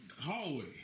hallway